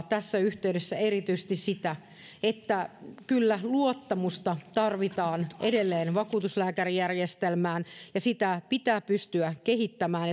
tässä yhteydessä erityisesti sitä että kyllä luottamusta tarvitaan edelleen vakuutuslääkärijärjestelmään ja sitä pitää pystyä kehittämään